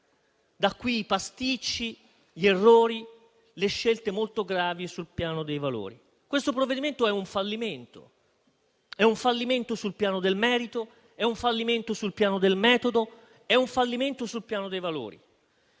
Da qui i pasticci, gli errori e le scelte molto gravi sul piano dei valori. Questo provvedimento è un fallimento. È un fallimento sul piano del merito, è un fallimento sul piano del metodo, è un fallimento sul piano dei valori.